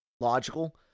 logical